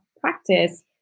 practice